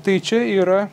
tai čia yra